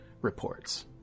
reports